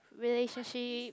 relationship